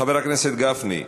חבר הכנסת גפני,